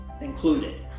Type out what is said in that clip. included